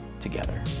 together